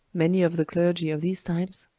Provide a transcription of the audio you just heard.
many of the clergy of these times,